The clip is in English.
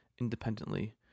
independently